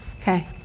Okay